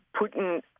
Putin